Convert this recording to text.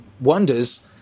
wonders